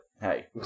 hey